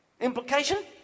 Implication